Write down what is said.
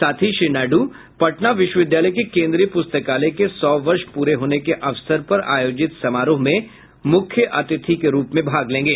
साथ ही श्री नायडू पटना विश्वविद्यालय के केन्द्रीय प्रस्तकालय के सौ वर्ष पूरे होने के अवसर पर आयोजित समारोह में मुख्य अतिथि के रूप में भी भाग लेंगे